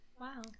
Wow